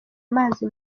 amazi